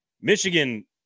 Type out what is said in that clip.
Michigan